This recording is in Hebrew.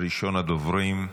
ראשון הדוברים.